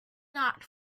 not